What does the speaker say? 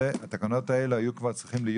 שהתקנות האלה היו כבר צריכות להיות